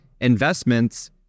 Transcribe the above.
investments